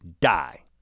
die